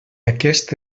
aquest